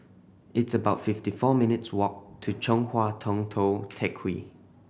it's about fifty four minutes' walk to Chong Hua Tong Tou Teck Hwee